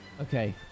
Okay